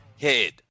head